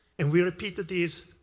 and we repeat this